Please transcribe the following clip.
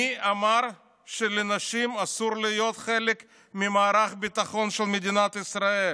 מי אמר שלנשים אסור להיות חלק ממערך הביטחון של מדינת ישראל?